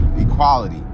equality